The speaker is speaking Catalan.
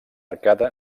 arcada